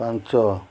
ପାଞ୍ଚ